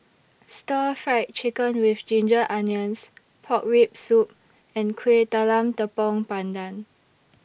Stir Fried Chicken with Ginger Onions Pork Rib Soup and Kueh Talam Tepong Pandan